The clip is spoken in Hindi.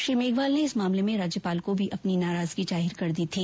श्री मेघवाल ने इस मामले में राज्यपाल को भी अपनी नाराजगी जाहिर कर दी थी